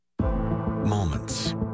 Moments